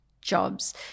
jobs